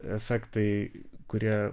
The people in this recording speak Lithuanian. efektai kurie